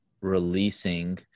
releasing